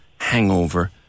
hangover